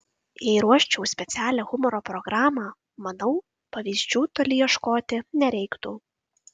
jei ruoščiau specialią humoro programą manau pavyzdžių toli ieškoti nereiktų